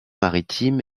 maritime